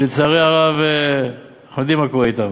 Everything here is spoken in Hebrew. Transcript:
ולצערי הרב, אנחנו יודעים מה קורה אתם.